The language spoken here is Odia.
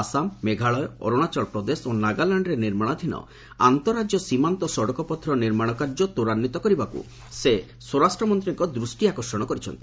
ଆସାମ ମେଘାଳୟ ଅରୁଣାଚଳପ୍ରଦେଶ ଓ ନାଗାଲାଣ୍ଡରେ ନିର୍ମାଣାଧୀନ ଆନ୍ତଃରାଜ୍ୟ ସୀମାନ୍ତ ସଡ଼କପଥର ନିର୍ମାଣ କାର୍ଯ୍ୟ ତ୍ୱରାନ୍ୱିତ କରିବାକୁ ସେ ସ୍ୱରାଷ୍ଟ୍ରମନ୍ତ୍ରୀଙ୍କ ଦୃଷ୍ଟିଆକର୍ଷଣ କରିଛନ୍ତି